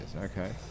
Okay